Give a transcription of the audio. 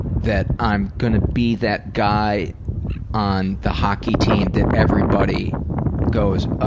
that i'm gonna be that guy on the hockey team that everybody goes, oh,